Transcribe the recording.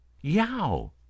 Yow